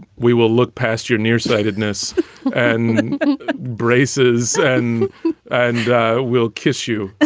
we will look past your nearsightedness and braces and and we'll kiss you. ah